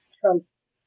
Trump's